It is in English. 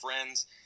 friends